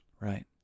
right